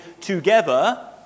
together